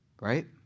Right